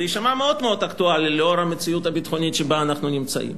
זה יישמע מאוד מאוד אקטואלי לאור המציאות הביטחונית שבה אנחנו נמצאים.